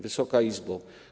Wysoka Izbo!